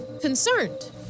concerned